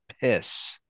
piss